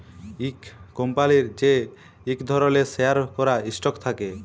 ইক কম্পলির যে ইক ধরলের শেয়ার ক্যরা স্টক থাক্যে